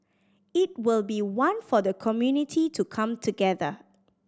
it will be one for the community to come together